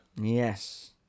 Yes